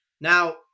Now